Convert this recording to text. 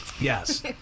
Yes